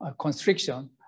constriction